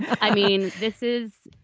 i mean this is